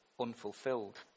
unfulfilled